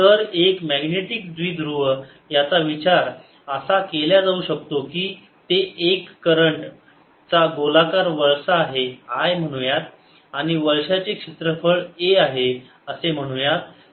तर एक मॅग्नेटिक द्विध्रुव याचा विचार असा केल्या जाऊ शकतो की ते एक करंट चा गोलाकार वळसा आहे i म्हणूयात आणि वळश्याचे क्षेत्रफळ a आहे असे म्हणूयात